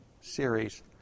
series